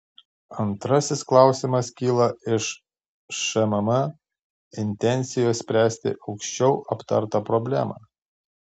antrasis klausimas kyla iš šmm intencijos spręsti aukščiau aptartą problemą